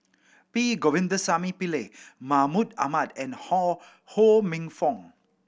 P Govindasamy Pillai Mahmud Ahmad and Ho Ho Minfong